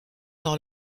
dans